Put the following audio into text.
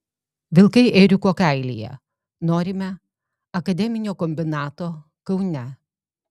vilkai ėriuko kailyje norime akademinio kombinato kaune